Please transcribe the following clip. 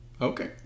okay